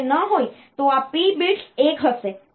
જો તે ન હોય તો આ પી bits 1 હશે